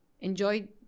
Enjoy